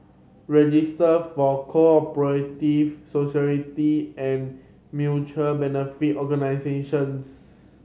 Registry for Co Operative Societies and Mutual Benefit Organisations